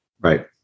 Right